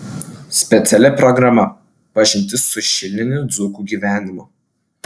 speciali programa pažintis su šilinių dzūkų gyvenimu